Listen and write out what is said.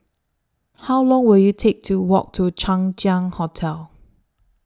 How Long Will IT Take to Walk to Chang Ziang Hotel